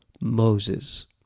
Moses